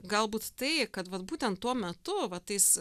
galbūt tai kad vat būtent tuo metu va tais